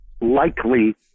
likely